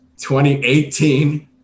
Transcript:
2018